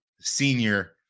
senior